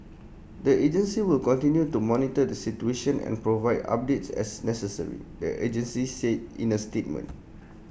the agency will continue to monitor the situation and provide updates as necessary the agency said in A statement